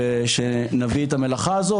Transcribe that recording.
ושנביא את המלאכה הזו,